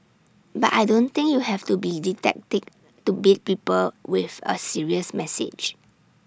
but I don't think you have to be didactic to beat people with A serious message